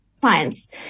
clients